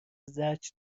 زجر